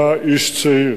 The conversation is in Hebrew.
היה איש צעיר,